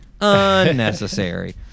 unnecessary